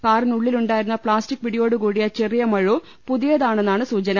കാറിനുള്ളിലുണ്ടായിരുന്ന plastic പിടിയോടു കൂടിയ ചെറിയ മഴു പുതിയതാണെന്നാണു സൂചന